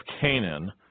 Canaan